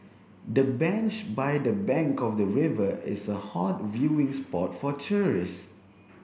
the bench by the bank of the river is a hot viewing spot for tourists